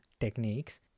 techniques